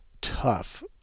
tough